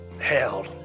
hell